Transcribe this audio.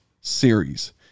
series